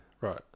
Right